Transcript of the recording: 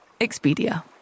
Expedia